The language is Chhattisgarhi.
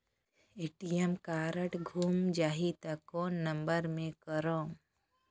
ए.टी.एम कारड गुम जाही त कौन नम्बर मे करव?